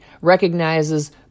recognizes